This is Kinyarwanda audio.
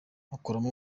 akuramo